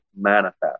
manifest